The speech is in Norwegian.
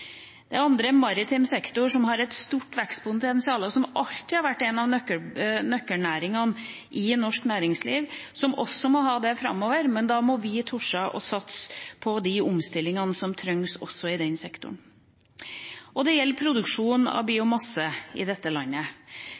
Det andre er maritim sektor – som alltid har vært en av nøkkelnæringene i norsk næringsliv – som har et stort vekstpotensial, og som også må ha det framover, men da må vi tørre å satse på de omstillingene som trengs også i den sektoren. Så til produksjon av biomasse i dette landet.